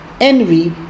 envy